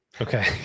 okay